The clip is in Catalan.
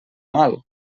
mal